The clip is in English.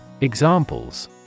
Examples